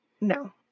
no